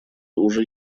уже